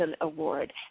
Award